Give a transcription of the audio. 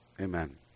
Amen